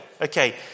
Okay